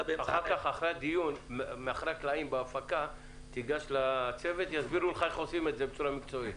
אחרי הדיון תיגש לצוות ויסבירו לך איך עושים את זה בצורה מקצועית.